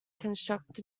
constructed